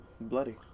Bloody